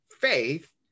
faith